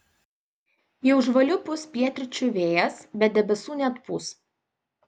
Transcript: jau žvaliu pūs pietryčių vėjas bet debesų neatpūs